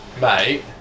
mate